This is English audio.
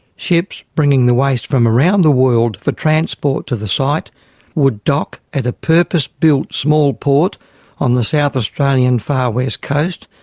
ships bringing the waste from around the world for transport to the site would dock at a purpose built small port on the south australian far west coast,